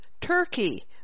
Turkey